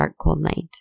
darkcoldnight